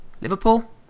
Liverpool